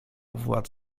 władz